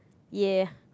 ya